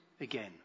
again